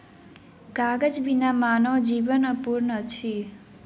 कागज बिना मानव जीवन अपूर्ण अछि